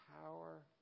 power